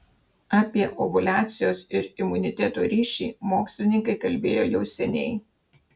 apie ovuliacijos ir imuniteto ryšį mokslininkai kalbėjo jau seniai